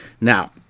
Now